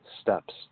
steps